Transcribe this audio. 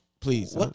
Please